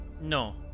No